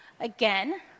again